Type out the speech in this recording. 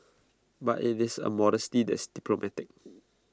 but IT is A modesty that is diplomatic